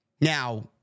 Now